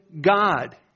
God